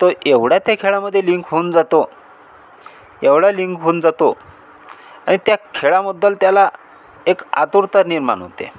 तो एवढा त्या खेळामध्ये लिंक होऊन जातो एवढा लिंक होऊन जातो आणि त्या खेळामद्दल त्याला एक आतुरता निर्माण होते